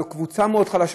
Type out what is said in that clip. לקבוצה מאוד חלשה,